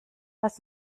lass